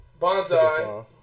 Bonsai